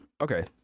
okay